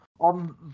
On